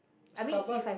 Starbucks